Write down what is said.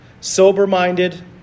sober-minded